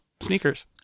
sneakers